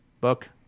book